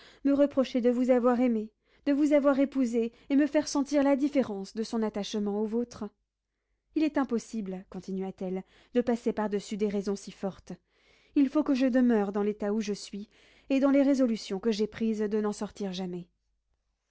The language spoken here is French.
me reprocher de vous avoir aimé de vous avoir épousé et me faire sentir la différence de son attachement au vôtre il est impossible continua-t-elle de passer par-dessus des raisons si fortes il faut que je demeure dans l'état où je suis et dans les résolution que j'ai prises de n'en sortir jamais